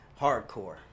hardcore